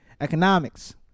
economics